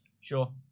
sure